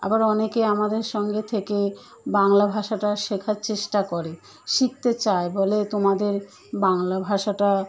আবার অনেকে আমাদের সঙ্গে থেকে বাংলা ভাষাটা শেখার চেষ্টা করে শিখতে চায় বলে তোমাদের বাংলা ভাষাটা